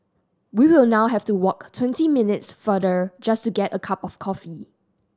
we will now have to walk twenty minutes farther just to get a cup of coffee